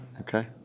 okay